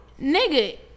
Nigga